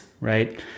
right